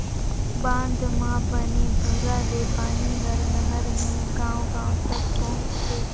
बांधा म बने दूरा ले पानी हर नहर मे गांव गांव तक पहुंचथे